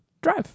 drive